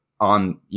on